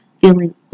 feeling